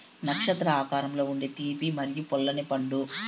నక్షత్రం ఆకారంలో ఉండే తీపి మరియు పుల్లని పండు